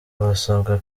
basabwa